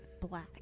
black